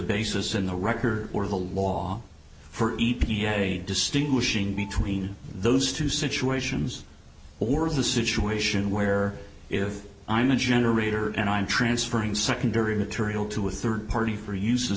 basis in the record or the law for e p a distinguishing between those two situations or the situation where if i'm a generator and i'm transferring secondary material to a third party for uses